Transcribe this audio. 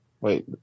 Wait